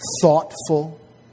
thoughtful